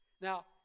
Now